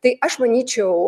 tai aš manyčiau